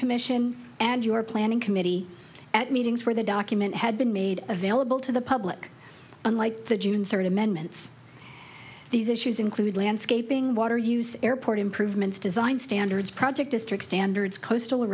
commission and your planning committee at meetings where the document had been made available to the public unlike the june third amendments these issues include landscaping water use airport improvements design standards project district standards coastal